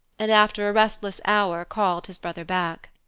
and after a restless hour called his brother back.